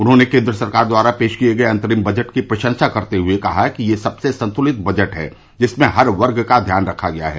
उन्होंने केन्द्र सरकार द्वारा पेश किये गये अंतरिम बजट की प्रशंसा करते हुए कहा कि यह सबसे संतुलित बजट है जिसमें हर वर्ग का ध्यान रखा गया है